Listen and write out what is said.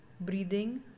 breathing